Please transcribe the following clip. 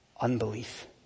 Unbelief